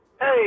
Hey